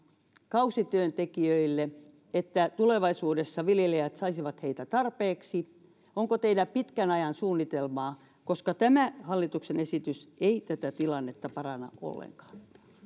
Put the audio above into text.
kausityöntekijöille jotta tulevaisuudessa viljelijät saisivat heitä tarpeeksi onko teillä pitkän ajan suunnitelmaa koska tämä hallituksen esitys ei tätä tilannetta paranna ollenkaan tiedän että